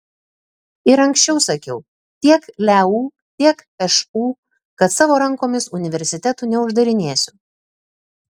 ir anksčiau sakiau tiek leu tiek šu kad savo rankomis universitetų neuždarinėsiu